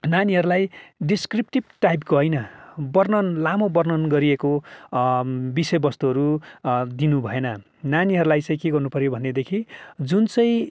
नानीहरूलाई डिस्क्रिप्टिप टाइपको हैन वर्णन लामो वर्णन गरिएको विषयवस्तुहरू दिनुभएन नानीहरूलाई चाहिँ के गर्नुपर्यो भनेदेखि जुन चाहिँ